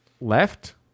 left